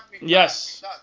Yes